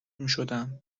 میشدم